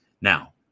Now